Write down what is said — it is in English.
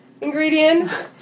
ingredients